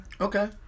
Okay